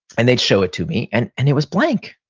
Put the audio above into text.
and they'd show it to me and and it was blank.